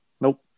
nope